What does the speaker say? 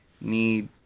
need